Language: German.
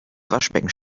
waschbecken